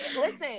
Listen